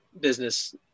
business